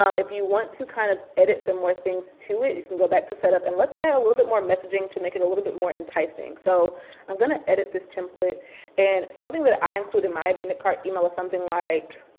um if you want to kind of edit some more things to it, you can go back to set up. and let's add a little bit more messaging to make it a little bit more enticing. so i'm gonna edit this template and something that i include in my abandoned cart email is something like,